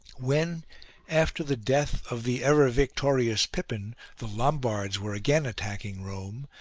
when after the death of the ever-victorious pippin the lombards were again attacking rome,